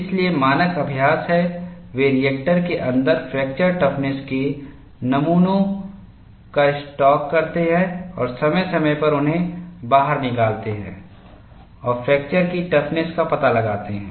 इसलिए मानक अभ्यास है वे रिएक्टर के अंदर फ्रैक्चर टफ़्नस के नमूनों का स्टाक करते हैं और समय समय पर उन्हें बाहर निकालते हैं और फ्रैक्चरकी टफ़्नस का पता लगाते हैं